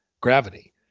gravity